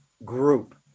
Group